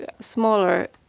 smaller